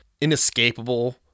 inescapable